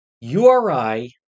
URI